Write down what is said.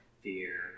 Fear